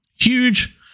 Huge